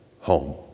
home